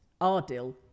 Ardil